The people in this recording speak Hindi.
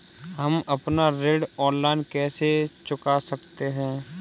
हम अपना ऋण ऑनलाइन कैसे चुका सकते हैं?